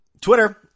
Twitter